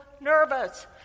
nervous